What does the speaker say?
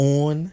on